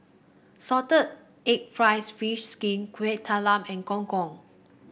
Salted Egg fries fish skin Kuih Talam and Gong Gong